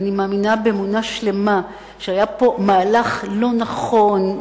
אני מאמינה באמונה שלמה שהיה פה מהלך לא נכון,